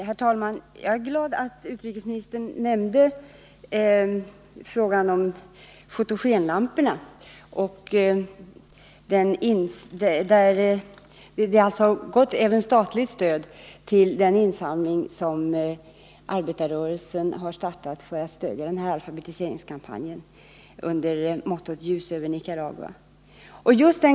Herr talman! Jag är glad över att utrikesministern nämnde fotogenlamporna. Det har ju också lämnats statligt bidrag till den insamling som arbetarrörelsen har startat för att stödja den här alfabetiseringskampanjen, vars motto är Ljus över Nicaragua.